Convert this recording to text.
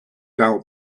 doubt